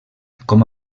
com